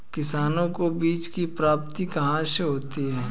किसानों को बीज की प्राप्ति कहाँ से होती है?